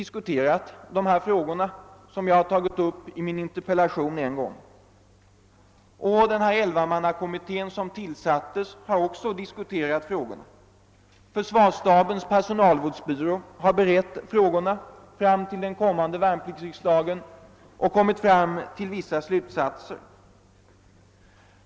Försvarsstabens = personalvårdsbyrå har berett frågorna fram till den kommande värnpliktsriksdagen och kommit till vissa slutsatser.